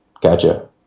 gotcha